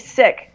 sick